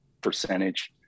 percentage